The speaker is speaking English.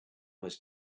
was